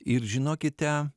ir žinokite